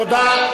תודה.